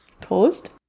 Toast